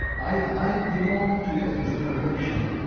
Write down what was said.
i belong to a generation,